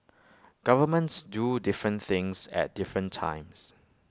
governments do different things at different times